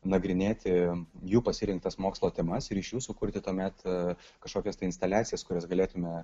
nagrinėti jų pasirinktas mokslo temas ir iš jų sukurti tuomet kažkokias tai instaliacijas kurias galėtume